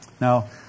Now